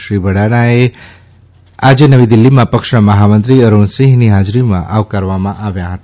શ્રી ભડાણાને આજે નવી દિલ્હીમાં પક્ષના મહામંત્રી અરુણસિંહની હાજરીમાં આવકારવામા આવ્યાં હતા